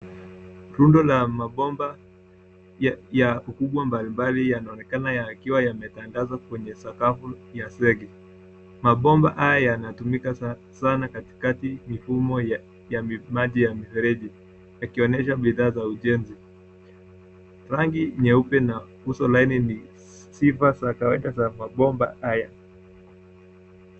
Rundo la mabomba ya ukubwa mbalimbali yanaonekana yakiwa yametandazwa kwenye sakafu ya zege. Mabomba haya yanatumika sana katikati mifumo ya maji ya mifereji yakionyesha bidhaa za ujenzi. Rangi nyeupe na uso laini ni sifa za kawaida za mabomba haya.